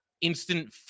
instant